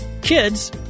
kids